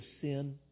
sin